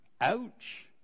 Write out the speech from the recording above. Ouch